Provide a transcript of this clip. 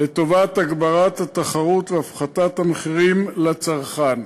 לטובת הגברת התחרות והפחתת המחירים לצרכן.